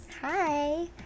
hi